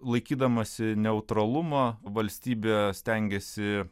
laikydamasi neutralumo valstybė stengėsi